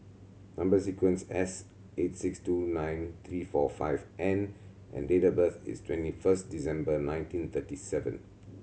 number sequence S eight six two nine three four five N and date of birth is twenty first December nineteen thirty seven